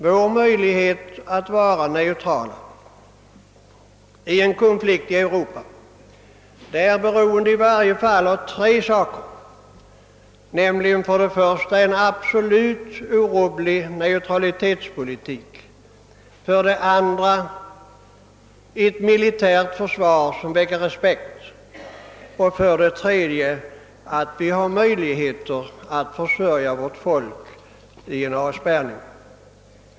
Vår möjlighet att vara neutrala i en konflikt i Europa är beroende av i varje fall tre saker, nämligen för det första en absolut orubblig neutralitetspolitik, för det andra ett militärt försvar som väcker respekt och för det tredje att vi har möjligheter att försörja vårt folk vid en avspärrning.